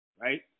Right